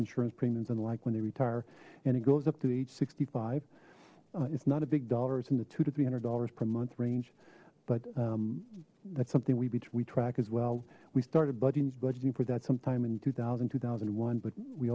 insurance premiums unlike when they retire and it goes up to the age sixty five it's not a big dollars in the two to three hundred dollars per month range but that's something we beach we track as well we started budget budgeting for that sometime in two thousand two thousand and one but we